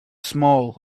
small